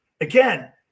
again